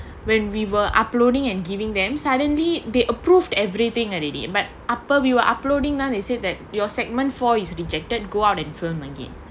when we were uploading and giving them suddenly they approved everything already but upper we were uploading then they said that your segment four is rejected go out and film again